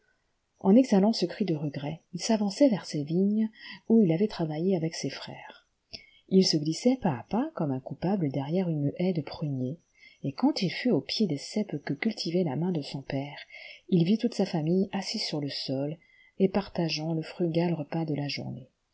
en exhalant ce cri de regret il s'avançait vers es vignes où il avait travaillé avec ses frères il se glissait pas à pas comme un coupable derrière une haie de pruniers et quand il fut au pied des ceps que cultivait la main de son père il vit toute sa famille assise sur le sol et partageant le frugal repas de la journée